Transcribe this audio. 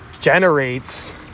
generates